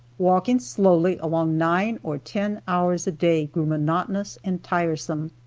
walking slowly along nine or ten hours a day grew monotonous and tiresome.